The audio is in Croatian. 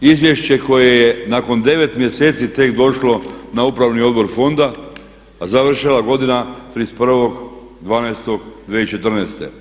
Izvješće koje je nakon 9 mjeseci tek došlo na upravni odbor fonda a završena godina 31.12.2014.